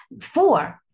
four